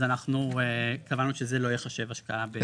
אז אנחנו קבענו שזה לא יחשב השקעה.